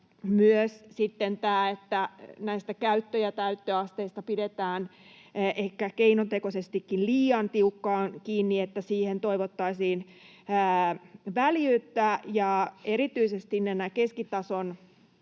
näistä käyttö- ja täyttöasteista pidetään ehkä keinotekoisestikin liian tiukkaan kiinni, ja siihen toivottaisiin väljyyttä. Ja erityisesti nämä keskitason